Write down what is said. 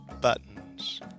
buttons